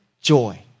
joy